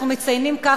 אנחנו מציינים כך,